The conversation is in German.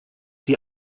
die